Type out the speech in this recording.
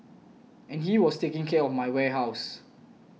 and he was taking care of my warehouse